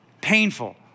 Painful